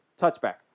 touchback